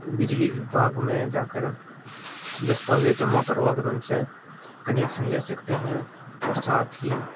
बिजली विभाग में जाकर दस्तावेज जमा करवाकर उनसे कनेक्शन ले सकते हैं और साथ ही